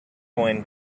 coin